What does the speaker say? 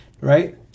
Right